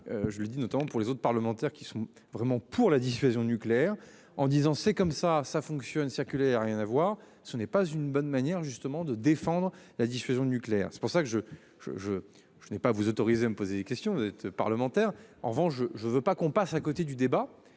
je l'dis notamment pour les autres parlementaires qui sont vraiment pour la dissuasion nucléaire en disant, c'est comme ça, ça fonctionne circulaire. Rien à voir, ce n'est pas une bonne manière justement de défendre la dissuasion nucléaire. C'est pour ça que je je je je n'ai pas vous autoriser à me poser des questions des parlementaires, en revanche je je ne veux pas qu'on passe à côté du débat